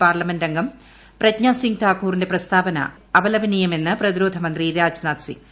പാർലമെന്റംഗം പ്രജ്ഞാ സിംഗ് താക്കൂറിന്റെ പ്രസ്താവന അപലപനീയമെന്ന് പ്രതിരോധ മന്ത്രി രാജ്നാഥ് സിംഗ്